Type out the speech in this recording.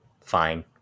fine